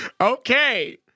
Okay